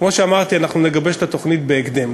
כמו שאמרתי, אנחנו נגבש את התוכנית בהקדם.